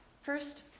first